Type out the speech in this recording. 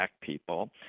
people